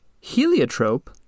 heliotrope